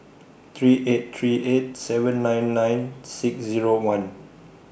three eight three eight seven nine nine six Zero one